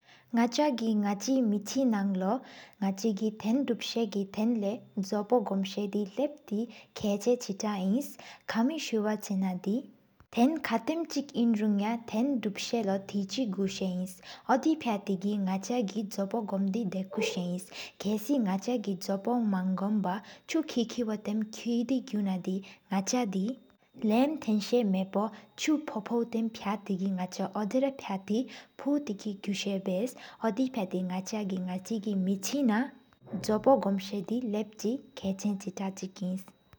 ནག་ཚ་གི་ན་ཅི་མེད་ཆེ་ནང་ལོ། ནག་ཅི་གི་ཐེན་དུབ་ས་། གཟོ་བ་གུམ་ས་དེ་ལབ་ཏེ་མཁན་ཆེ་ཏག་གཅིག་ཡིན། ཀ་མི་སུ་བ་ཆེ་ན་དེ་ཐེན་ཁ་ཏམ་གཅིག་ཡིན་རུ། ཐེན་དུབ་ས་ལོ་ཐེ་ཆེ་གུ་ས་སྟ་སྐྲེན་ཆེ་ཏག་ཅིག་ཡིན། ནག་ཚ་གི་གཟོ་བ་གུམ་དེ་གི་ནེ་ཇུའ་ས་ཡིན། ཁ་སི་ནག་ཚ་གི་གཟོ་བ་མ་གུམ་པ། ཅུ་ཁེ་ཏེ་གུ་གྷུ་ཐར་དོ་ཋེ་ས། ལམ་རྟེན་གྲ་གཙོའེ་ཕྲེག་ཕམ་འོ་ཋེ་ས། ཕ་ཏེ་གི་ཕོ་དེ་གི་གུ་སྟ཭་སི་བེས། འོ་ཌེ་ཕབ་ཏེ་ནག་ཚ་གི་ནག་ཅི་མེ་ཅི་ན། གཟོ་བ་གུམ་ས་དེ་ལབ་ཏེ་མཁེན་ཆེ་ཏག་ཅིག་ཡིན།